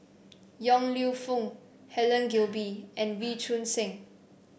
Yong Lew Foong Helen Gilbey and Wee Choon Seng